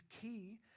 key